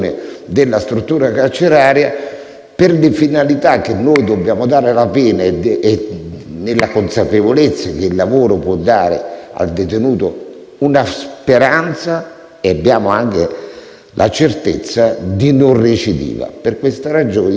per la finalità che dobbiamo dare alla pena e nella consapevolezza che il lavoro può dare al detenuto una speranza e la certezza di non recidiva. Per questa ragione credo che dovremmo tentare